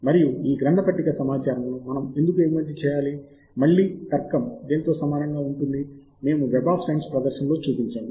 మరియు ఈ గ్రంథ పట్టిక సమాచారమును మనం ఎందుకు ఎగుమతి చేయాలి మళ్ళీ తర్కం దేనితో సమానంగా ఉంటుంది మేము వెబ్ ఆఫ్ సైన్స్ ప్రదర్శనలో చూపించాము